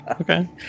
Okay